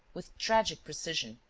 with tragic precision.